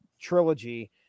trilogy